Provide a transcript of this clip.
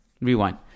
Rewind